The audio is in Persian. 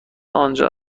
آنجا